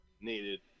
needed